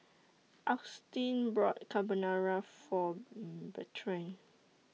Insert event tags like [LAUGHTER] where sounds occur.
Agustin bought Carbonara For [HESITATION] Bertrand